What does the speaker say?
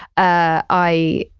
ah i,